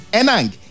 enang